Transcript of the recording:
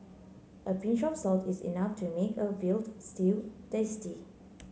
a pinch of salt is enough to make a veal stew tasty